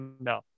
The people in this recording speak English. no